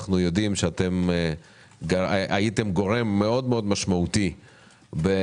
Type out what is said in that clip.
אנחנו יודעים שהייתם גורם משמעותי מאוד